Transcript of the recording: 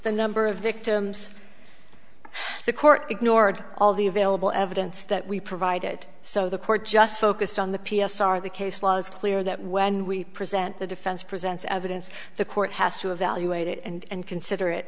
the number of victims the court ignored all the available evidence that we provided so the court just focused on the p s r the case law is clear that when we present the defense presents evidence the court has to evaluate it and consider